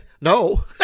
No